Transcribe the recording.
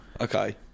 okay